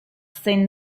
zein